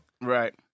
Right